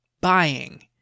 buying